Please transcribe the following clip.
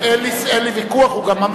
הוא מדבר